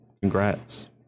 Congrats